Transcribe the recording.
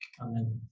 Amen